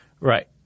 Right